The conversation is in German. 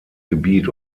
gebiet